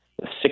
six